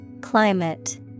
Climate